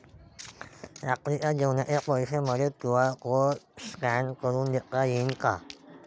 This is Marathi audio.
रात्रीच्या जेवणाचे पैसे मले क्यू.आर कोड स्कॅन करून देता येईन का?